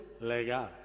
Legal